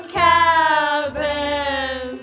cabin